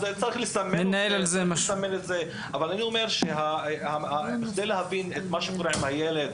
אני רק אומר שבכדי להבין מה שקורה עם הילד